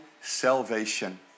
salvation